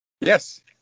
Yes